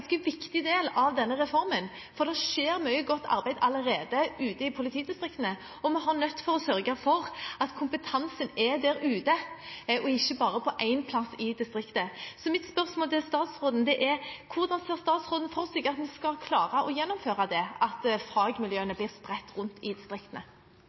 ganske viktig del av denne reformen. Det skjer mye godt arbeid ute i politidistriktene allerede, og vi er nødt til å sørge for at kompetansen er der ute, og ikke bare på ett sted i distriktet. Mitt spørsmål til statsråden er: Hvordan ser statsråden for seg at vi skal klare å gjennomføre det at fagmiljøene blir spredt rundt i distriktene?